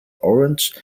orange